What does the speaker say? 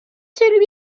celui